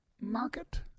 market